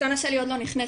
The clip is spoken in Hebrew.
הקטנה שלי עוד לא נכנסת,